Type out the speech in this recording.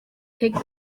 take